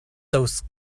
those